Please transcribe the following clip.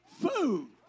food